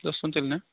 दस कुइन्टेल ना